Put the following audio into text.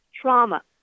trauma